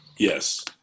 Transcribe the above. Yes